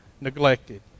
neglected